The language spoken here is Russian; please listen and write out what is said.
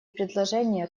предложения